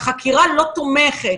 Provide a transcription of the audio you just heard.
בלי שהחקירה תומכת.